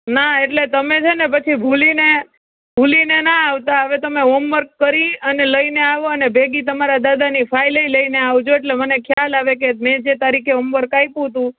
ના એટલે તમે છે ને પછી ભૂલીને ભૂલીને ના આવતા હવે તમે હોમવર્ક કરી અને લઈને આવો અને ભેગી તમારા દાદાની ફાઇલેય લઈને આવજો એટલે મને ખ્યાલ આવે કે મેં જે તારીખે હોમવર્ક આપ્યું હતું